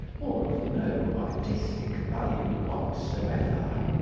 or of no artistic value whatsoever.